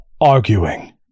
arguing